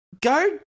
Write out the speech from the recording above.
Go